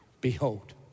Behold